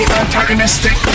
antagonistic